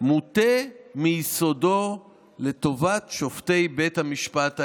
מוטה מיסודו לטובת שופטי בית המשפט העליון,